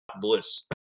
bliss